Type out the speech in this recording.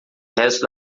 resto